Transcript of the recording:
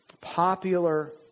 popular